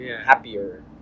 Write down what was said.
happier